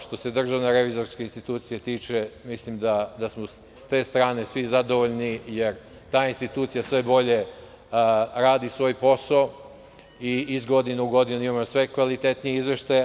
Što se DRI tiče, mislim da smo sa te strane svi zadovoljni, jer ta institucija sve bolje radi svoj posao i iz godine u godinu imamo sve kvalitetnije izveštaje.